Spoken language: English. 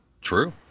True